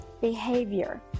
behavior